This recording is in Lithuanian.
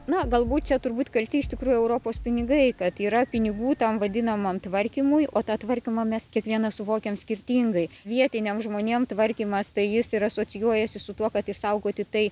na galbūt čia turbūt kalti iš tikrųjų europos pinigai kad yra pinigų ten vadinamam tvarkymui o tą tvarkymą mes kiekvienas suvokiam skirtingai vietiniam žmonėm tvarkymas tai jis ir asocijuojasi su tuo kad išsaugoti tai